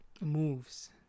Moves